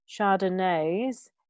Chardonnay's